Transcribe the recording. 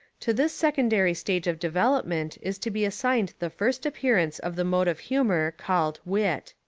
to this secondary stage of development is to be assigned the first appearance of the mode of humour called wit.